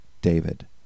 David